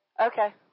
Okay